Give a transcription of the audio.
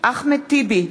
אחמד טיבי,